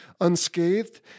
unscathed